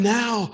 now